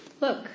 Look